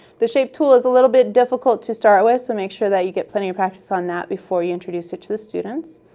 the shape tool is a little bit difficult to start with, so make sure that you get plenty of practice on that before you introduce it to the students.